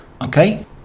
Okay